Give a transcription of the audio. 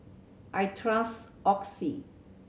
I trust Oxy